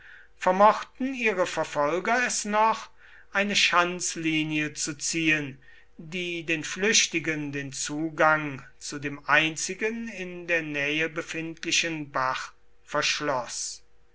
vermochten ihre verfolger es noch eine schanzlinie zu ziehen die den flüchtigen den zugang zu dem einzigen in der nähe befindlichen bach verschloß